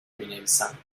مینویسم